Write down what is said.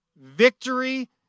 victory